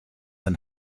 and